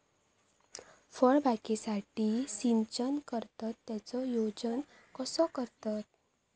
फळबागेसाठी सिंचन करतत त्याचो नियोजन कसो करतत?